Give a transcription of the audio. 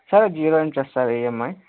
sir zero interest sir EMI